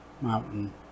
mountain